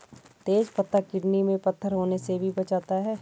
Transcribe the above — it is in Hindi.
तेज पत्ता किडनी में पत्थर होने से भी बचाता है